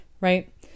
right